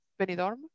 Benidorm